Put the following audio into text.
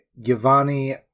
Giovanni